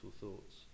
thoughts